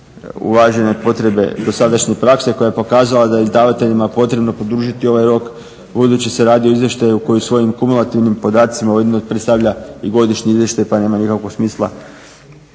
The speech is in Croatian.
uvažene potrebe dosadašnje prakse koja je pokazala da je izdavateljima potrebno produžiti ovaj rok budući se radi o izvještaju koji svojim kumulativnim podacima ujedno predstavlja i godišnji izvještaj pa nema nikakvog smisla